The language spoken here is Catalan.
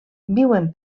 viuen